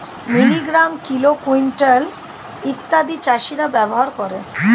milligram, kilo, quintal ইত্যাদি চাষীরা ব্যবহার করে